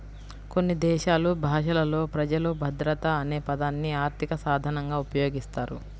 కొన్ని దేశాలు భాషలలో ప్రజలు భద్రత అనే పదాన్ని ఆర్థిక సాధనంగా ఉపయోగిస్తారు